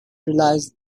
realize